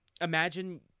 imagine